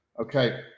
Okay